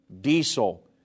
diesel